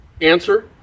answer